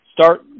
start